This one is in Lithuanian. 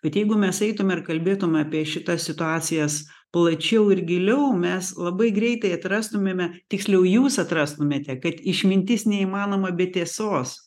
bet jeigu mes eitume ir kalbėtume apie šitas situacijas plačiau ir giliau mes labai greitai atrastumėme tiksliau jūs atrastumėte kad išmintis neįmanoma be tiesos